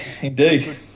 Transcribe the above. indeed